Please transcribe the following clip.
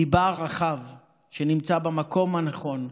ליבה הרחב נמצא במקום הנכון,